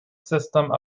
system